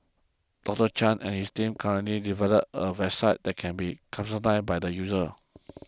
Doctor Chan and his team are currently developing a website that can be customised by the user